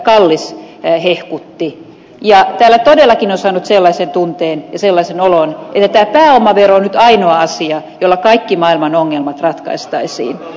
kallis hehkutti ja täällä todellakin on saanut sellaisen tunteen ja sellaisen olon että pääomavero on nyt ainoa asia jolla kaikki maailman ongelmat ratkaistaisiin